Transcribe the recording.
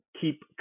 keep